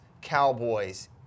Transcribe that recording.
Cowboys